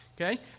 Okay